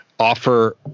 Offer